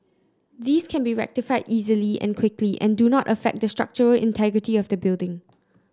these can be rectified easily and quickly and do not affect the structural integrity of the building